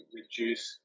reduce